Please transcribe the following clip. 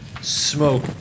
smoke